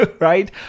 right